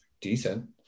decent